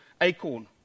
Acorn